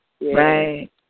Right